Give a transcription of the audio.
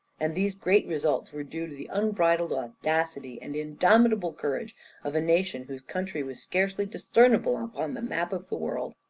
and these great results were due to the unbridled audacity, and indomitable courage of a nation whose country was scarcely discernible upon the map of the world!